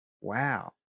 Wow